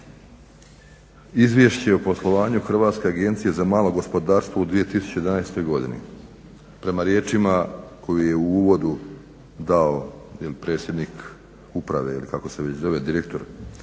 Izvješće o poslovanju Hrvatske agencije za malo gospodarstvo u 2011. godini prema riječima koje je u uvodu dao predsjednik uprave ili kako se već zove direktor,